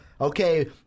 Okay